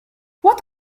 what